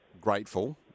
grateful